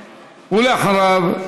ואחריו,